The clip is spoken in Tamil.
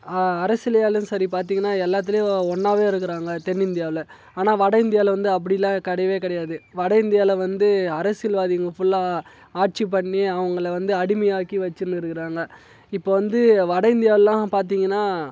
அரசியல்லாலயும் சரி பார்த்திங்கன்னா எல்லாத்திலயும் ஒன்றாவே இருக்கிறாங்க தென் இந்தியாவில் ஆனால் வட இந்தியாவில வந்து அப்படிலாம் கிடையவே கிடையாது வட இந்தியாவில வந்து அரசியல் வாதிங்க ஃபுல்லாக ஆட்சி பண்ணி அவங்களை வந்து அடிமையாக்கி வச்சின்னு இருக்கிறாங்க இப்போ வந்து வட இந்தியாவிலலாம் பார்த்திங்கன்னா